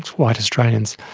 white australians,